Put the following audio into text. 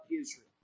Israel